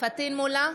פטין מולא,